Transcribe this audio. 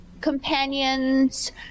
companions